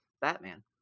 Batman